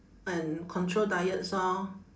and control diets orh